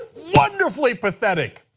wonderfully pathetic.